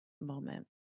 moment